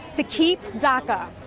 to keep daca.